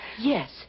Yes